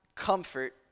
comfort